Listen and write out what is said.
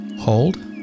Hold